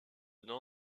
nom